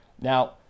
Now